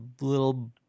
little